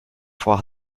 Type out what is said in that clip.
vor